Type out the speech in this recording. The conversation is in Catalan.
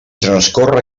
transcorre